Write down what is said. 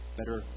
better